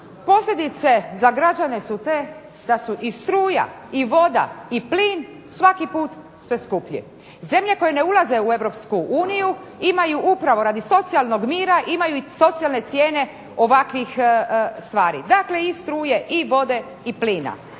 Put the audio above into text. posljedice za građane su te da su i struja i voda i plin svaki put sve skuplji. Zemlje koje ne ulaze u Europsku uniju imaju upravo radi socijalnog mira imaju i socijalne cijene ovakvih stvari, dakle i struje, i vode i plina.